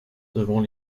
devant